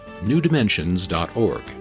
newdimensions.org